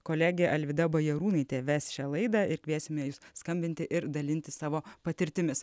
kolegė alvyda bajarūnaitė ves šią laidą ir kviesime jus skambinti ir dalintis savo patirtimis